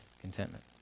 contentment